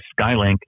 Skylink